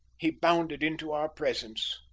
he bounded into our presence.